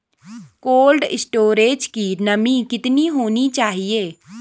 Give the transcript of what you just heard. Cold storage की नमी कितनी होनी चाहिए?